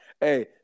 Hey